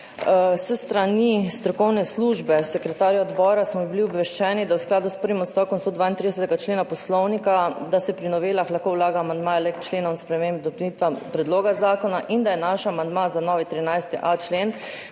S strani strokovne službe, sekretarja odbora smo bili obveščeni, da se v skladu s prvim odstavkom 132. člena Poslovnika pri novelah lahko vlaga amandmaje le k členom sprememb in dopolnitev predloga zakona in da naš amandma za novi 13.a člen